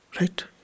right